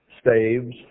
staves